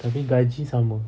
tapi gaji sama